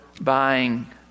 buying